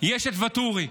יש את ואטורי.